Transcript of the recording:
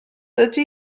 ydy